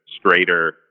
straighter